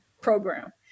program